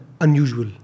Unusual